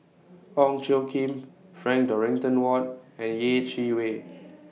Ong Tjoe Kim Frank Dorrington Ward and Yeh Chi Wei